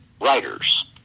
writers